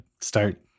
start